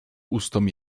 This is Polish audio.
ustom